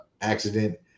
accident